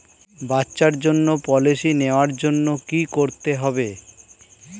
বাচ্চার জন্য পলিসি নেওয়ার জন্য কি করতে হবে?